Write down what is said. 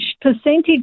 percentage